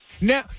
Now